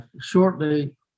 shortly